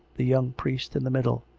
the young priest in the middle.